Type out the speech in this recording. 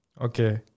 Okay